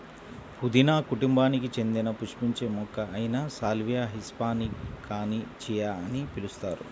పుదీనా కుటుంబానికి చెందిన పుష్పించే మొక్క అయిన సాల్వియా హిస్పానికాని చియా అని పిలుస్తారు